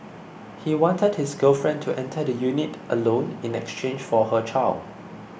he wanted his girlfriend to enter the unit alone in exchange for her child